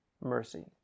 mercy